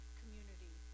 community